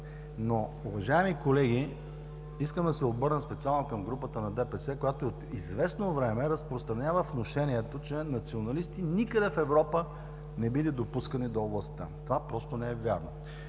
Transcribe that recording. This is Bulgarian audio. Но, уважаеми колеги, искам да се обърна специално към групата на ДПС, която от известно време разпространява внушението, че националисти никъде в Европа не били допускани до властта. Това просто не е вярно.